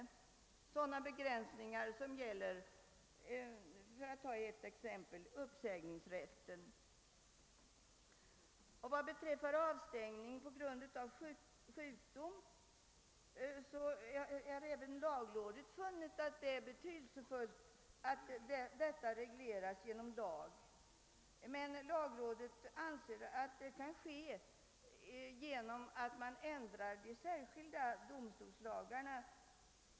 Lagrådet har funnit att det är betydelsefullt att även frågan om avstängning på grund av sjukdom regleras genom lag, men lagrådet anser att det kan ske genom att man ändrar de särskilda domstolslagarna.